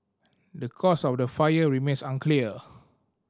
the cause of the fire remains unclear